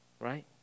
right